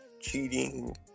cheating